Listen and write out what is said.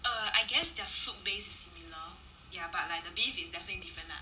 um I guess their soup base is similar ya but like the beef is definitely different lah